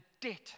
debt